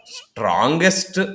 strongest